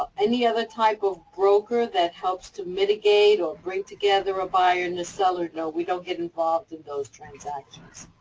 any other type of broker that helps to mitigate or bring together a buyer and a seller, no, we don't get involved in those transactions.